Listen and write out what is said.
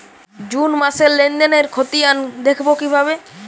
June মাসের লেনদেনের খতিয়ান দেখবো কিভাবে?